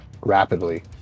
rapidly